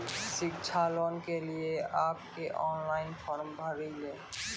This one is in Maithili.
शिक्षा लोन के लिए आप के ऑनलाइन फॉर्म भरी ले?